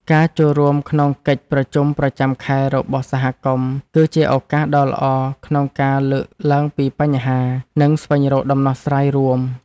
ការចូលរួមក្នុងកិច្ចប្រជុំប្រចាំខែរបស់សហគមន៍ គឺជាឱកាសដ៏ល្អក្នុងការលើកឡើងពីបញ្ហា និងស្វែងរកដំណោះស្រាយរួម។